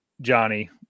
Johnny